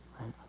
right